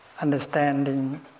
understanding